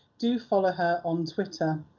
do follow her on twitter!